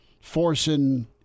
forcing